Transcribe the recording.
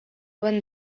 won